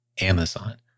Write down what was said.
Amazon